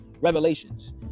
Revelations